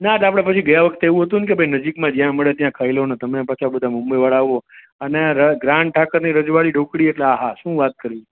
ના એટલે આપણે પછી ગયા વખતે એવું હતુંન કે ભઈ નજીકમાં જ્યાં મળે ત્યાં ખાઈ લોને તમે પાછા બધા મુંબઈવાળા આવો અને ગ્રાન્ડ ઠાકરની રજવાડી ઢોકળી એટલે આહા શું વાત કરવી